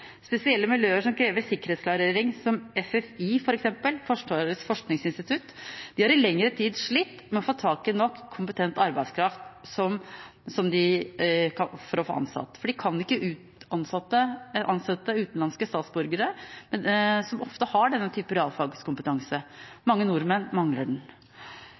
Spesielle miljøer som krever sikkerhetsklarering, som FFI, f.eks., Forsvarets forskningsinstitutt, har i lengre tid slitt med å få tak i nok kompetent arbeidskraft, for de kan ikke ansette utenlandske statsborgere, som ofte har denne typen realfagskompetanse. Mange nordmenn mangler den.